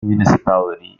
municipality